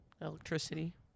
Electricity